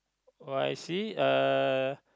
oh I see uh